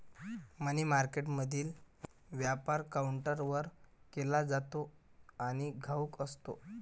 मनी मार्केटमधील व्यापार काउंटरवर केला जातो आणि घाऊक असतो